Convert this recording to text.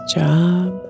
job